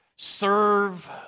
Serve